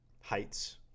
heights